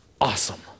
Awesome